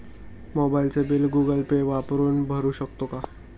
मोबाइलचे bill Google pay वापरून भरू शकतो का?